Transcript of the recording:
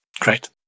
Great